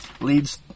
leads